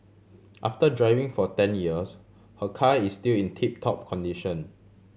after driving for ten years her car is still in tip top condition